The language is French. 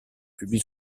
publie